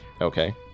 Okay